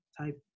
type